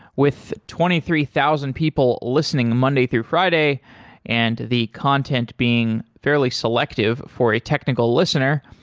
with twenty three thousand people listening monday through friday and the content being fairly selective for a technical listener,